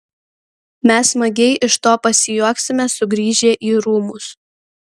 mes smagiai iš to pasijuoksime sugrįžę į rūmus